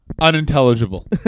Unintelligible